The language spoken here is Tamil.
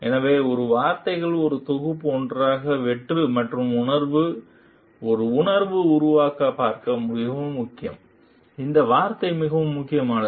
எனவே இந்த வார்த்தைகள் ஒரு தொகுப்பு ஒன்றாக வெற்றி மற்றும் உணர்வு ஒரு உணர்வு உருவாக்க பார்க்க மிகவும் முக்கியம் இந்த வார்த்தை மிகவும் முக்கியமானது